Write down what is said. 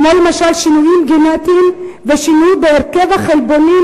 כמו למשל שינויים גנטיים ושינוי בהרכב החלבונים,